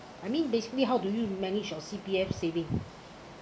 I mean basically how do you manage your C_P_F saving